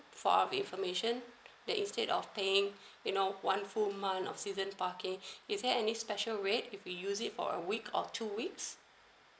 for information that instead of paying you know one full month of season parking is there any special rate if you use it for a week or two weeks